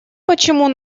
почему